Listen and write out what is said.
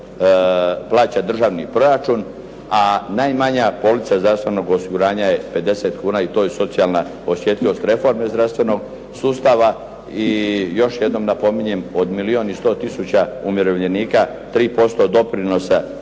plaća državni proračun, a najmanja polica zdravstvenog osiguranja je 50 kuna i to je socijalna osjetljivost reforme zdravstvenog sustava. I još jednom napominjem od milijun i sto tisuća umirovljenika 3% doprinosa